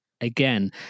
again